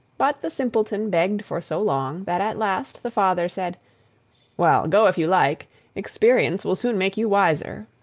but the simpleton begged for so long that at last the father said well, go if you like experience will soon make you wiser.